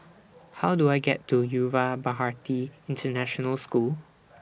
How Do I get to Yuva Bharati International School